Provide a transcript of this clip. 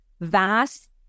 vast